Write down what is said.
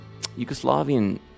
Yugoslavian